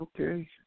okay